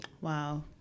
Wow